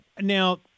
Now